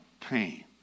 pain